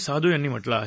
साधू यांनी म्हटलं आहे